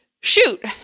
shoot